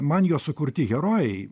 man jo sukurti herojai